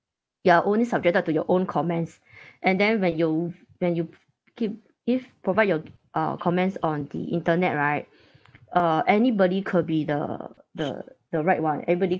you are only subjected to your own comments and then when you when you keep give provide your uh comments on the internet right uh anybody could be the the the right [one] everybody